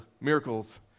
miracles